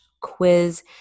quiz